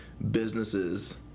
Businesses